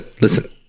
listen